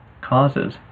causes